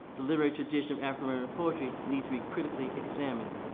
the literature edition of afro-american poetry needs to be critically examined.